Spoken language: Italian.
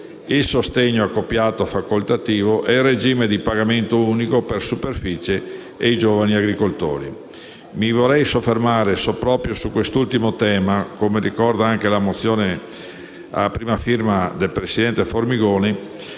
il sostegno accoppiato facoltativo e il regime di pagamento unico per superficie e i giovani agricoltori. Mi vorrei soffermare proprio su quest'ultimo tema. Come ricorda anche la mozione presentata dal senatore Formigoni,